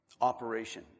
operation